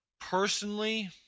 Personally